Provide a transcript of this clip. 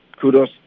Kudos